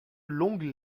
longues